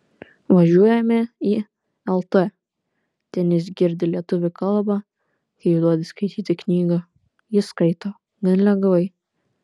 važiuojame į lt ten jis girdi lietuvių kalbą kai duodi skaityti knygą jis skaito gan lengvai